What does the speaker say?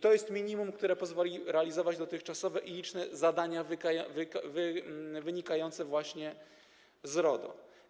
To jest minimum, które pozwoli realizować dotychczasowe liczne zadania wynikające właśnie z RODO.